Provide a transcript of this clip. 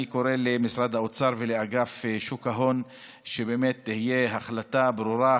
אני קורא למשרד האוצר ולאגף שוק ההון שתהיה החלטה ברורה,